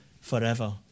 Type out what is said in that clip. forever